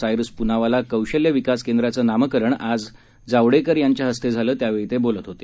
सायरस पूनावाला कौशल्य विकास केंद्राचं नामकरण आज जावडेकर यांच्या हस्ते झालं त्यावेळी ते बोलत होते